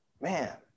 man